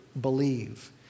believe